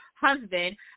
husband